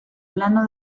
plano